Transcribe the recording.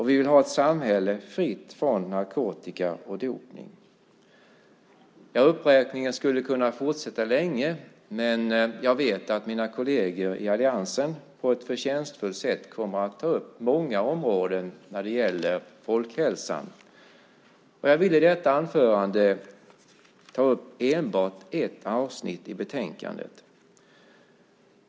Vi vill ha ett samhälle fritt från narkotika och dopning. Uppräkningen skulle kunna fortsätta länge, men jag vet att mina kolleger i alliansen på ett förtjänstfullt sätt kommer att ta upp många områden när det gäller folkhälsan. Jag vill i detta anförande ta upp enbart ett avsnitt i betänkandet.